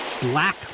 Black